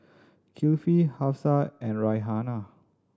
Kifli Hafsa and Raihana